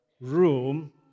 room